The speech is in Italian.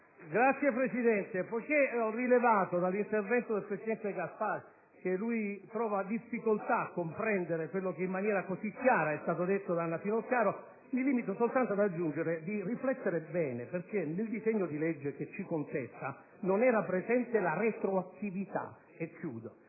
Signor Presidente, poiché ho rilevato dall'intervento del presidente Gasparri che lui trova difficoltà a comprendere ciò che in maniera così chiara è stato detto dalla senatrice Finocchiaro, mi limito soltanto ad aggiungere di riflettere bene, perché nel disegno di legge che ci contesta non era presente la retroattività. E chiudo.